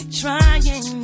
trying